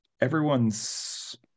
Everyone's